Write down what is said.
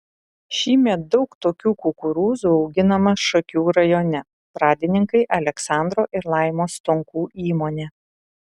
šįmet daug tokių kukurūzų auginama šakių rajone pradininkai aleksandro ir laimos stonkų įmonė